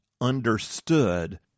understood